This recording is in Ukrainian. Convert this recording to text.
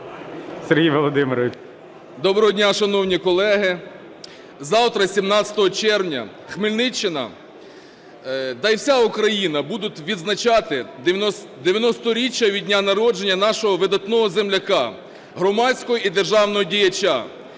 Доброго дня, шановні колеги. Завтра, 17 червня, Хмельниччина та й уся Україна будуть відзначати 90-річчя від дня народження нашого видатного земляка, громадського і державного діяча,